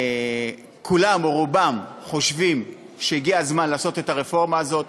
כולם או רובם חושבים שהגיע הזמן לעשות את הרפורמה הזאת,